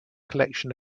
collection